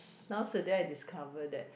nowadays I discover that